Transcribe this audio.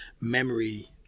memory